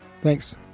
Thanks